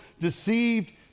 deceived